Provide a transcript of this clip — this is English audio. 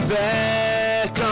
back